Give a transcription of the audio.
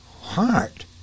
heart